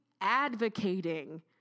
advocating